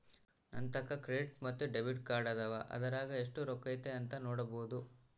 ನಂತಾಕ ಕ್ರೆಡಿಟ್ ಮತ್ತೆ ಡೆಬಿಟ್ ಕಾರ್ಡದವ, ಅದರಾಗ ಎಷ್ಟು ರೊಕ್ಕತೆ ಅಂತ ನೊಡಬೊದು